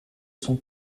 son